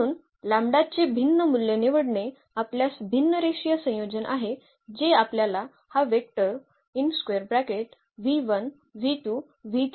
म्हणून लँबडा चे भिन्न मूल्य निवडणे आपल्यास भिन्न रेषीय संयोजन आहे जे आपल्याला हा वेक्टर देईल